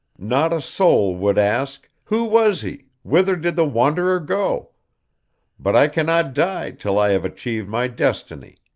not a soul would ask, who was he? whither did the wanderer go but i cannot die till i have achieved my destiny.